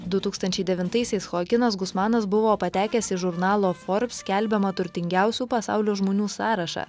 du tūkstančiai devintaisiais choakinas gusmanas buvo patekęs į žurnalo forbs skelbiamą turtingiausių pasaulio žmonių sąrašą